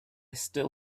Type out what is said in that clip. still